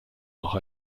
noch